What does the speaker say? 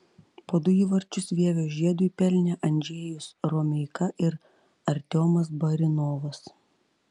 po du įvarčius vievio žiedui pelnė andžejus romeika ir artiomas barinovas